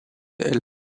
elle